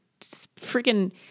freaking